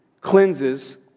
cleanses